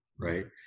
right